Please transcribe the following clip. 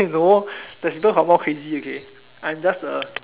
no there's people who are more crazy okay I'm just the